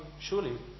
surely